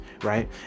Right